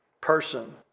person